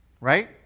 Right